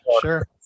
sure